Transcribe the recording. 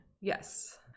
Yes